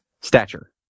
stature